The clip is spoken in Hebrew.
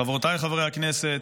חברות וחברי הכנסת,